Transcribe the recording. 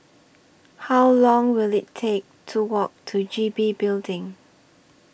How Long Will IT Take to Walk to G B Building